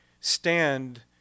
stand